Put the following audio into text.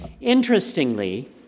Interestingly